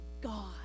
God